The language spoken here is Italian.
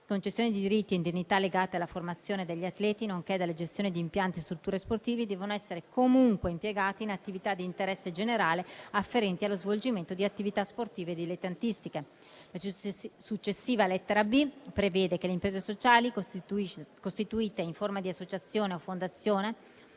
concessione di diritti e indennità legate alla formazione degli atleti, nonché dalla gestione di impianti e strutture sportive, devono essere comunque impiegati in attività di interesse generale afferenti allo svolgimento di attività sportive dilettantistiche. La successiva lettera *b)* prevede, per le imprese sociali costituite in forma di associazione o fondazione,